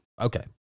okay